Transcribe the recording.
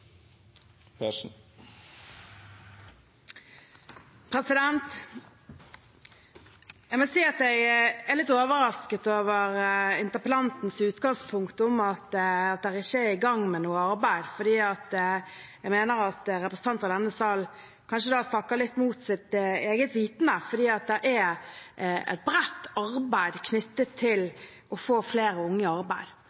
Jeg må si at jeg er litt overrasket over interpellantens utgangspunkt om at en ikke er i gang med noe arbeid. Jeg mener at representanter i denne sal kanskje da snakker litt mot sitt eget vitende, for det er et bredt arbeid knyttet